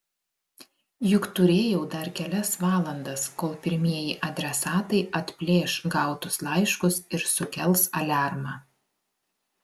juk turėjau dar kelias valandas kol pirmieji adresatai atplėš gautus laiškus ir sukels aliarmą